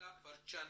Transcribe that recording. אלה פרצ'נסקי,